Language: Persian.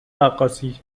رقاصی